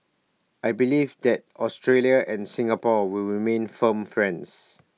I believe that Australia and Singapore will remain firm friends